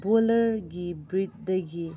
ꯄꯣꯂꯔꯒꯤ ꯕ꯭ꯔꯤꯠꯇꯒꯤ